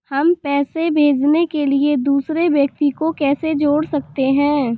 हम पैसे भेजने के लिए दूसरे व्यक्ति को कैसे जोड़ सकते हैं?